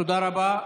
תודה רבה.